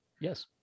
Yes